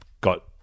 got